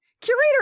Curator